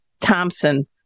Thompson